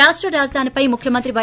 రాష్ట రాజధానిపై ముఖ్యమంత్రి పై